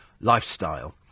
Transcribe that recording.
lifestyle